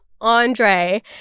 Andre